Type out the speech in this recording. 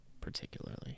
particularly